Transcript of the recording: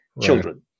children